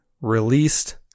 released